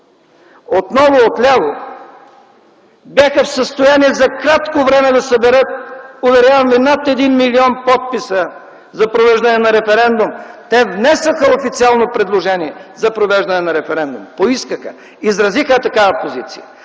отново от ляво, бяха в състояние за кратко време да съберат, уверявам ви, над един милион подписа за провеждане на референдум. Те внесоха официално предложение за провеждане на референдум, поискаха, изразиха такава позиция.